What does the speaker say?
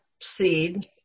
seed